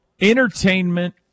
entertainment